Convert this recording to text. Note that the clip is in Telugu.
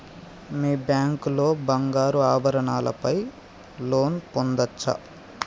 మీ బ్యాంక్ లో బంగారు ఆభరణాల పై లోన్ పొందచ్చా?